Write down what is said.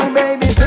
baby